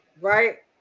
Right